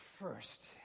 first